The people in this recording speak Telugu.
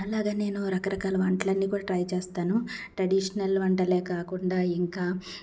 అలాగ నేను రకరకాల వంటలన్నీ కూడా ట్రై చేస్తాను ట్రెడిషనల్ వంటలే కాకుండా ఇంకా